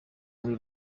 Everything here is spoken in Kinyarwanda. muri